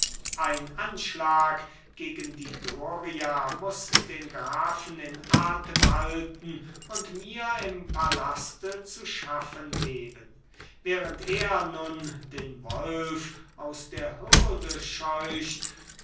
ein anschlag gegen die doria muß den grafen in atem halten und mir im palaste zu schaffen geben während er nun den wolf aus der hürde scheucht